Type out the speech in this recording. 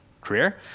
career